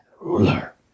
Ruler